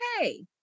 hey